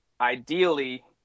ideally